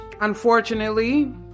Unfortunately